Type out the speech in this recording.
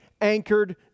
anchored